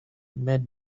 made